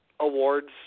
awards